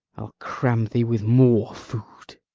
i'll cram thee with more food!